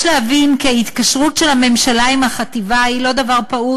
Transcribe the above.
יש להבין כי ההתקשרות של הממשלה עם החטיבה היא לא דבר פעוט.